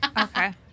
Okay